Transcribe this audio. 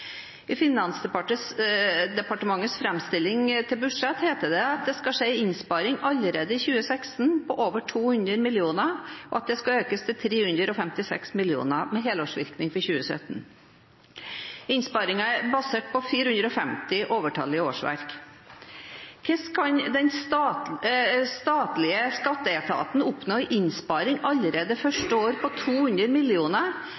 I Finansdepartementets framstilling til budsjett heter det at det skal skje en innsparing allerede i 2016 på over 200 mill. kr, og at det skal økes til 356 mill. kr, med helårsvirkning for 2017. Innsparingen er basert på 450 overtallige årsverk. Hvordan kan den statlige skatteetaten oppnå en innsparing allerede første år på 200